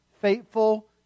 faithful